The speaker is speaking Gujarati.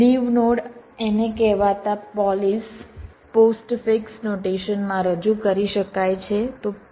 લીવ નોડ એને કહેવાતા પોલિશ પોસ્ટફિક્સ નોટેશન માં રજૂ કરી શકાય છે